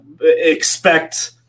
expect